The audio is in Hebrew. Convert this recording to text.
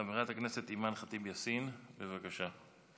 חברת הכנסת אימאן ח'טיב יאסין, בבקשה.